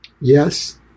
yes